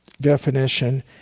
definition